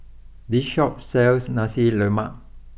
this Shop sells Nasi Lemak